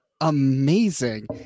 amazing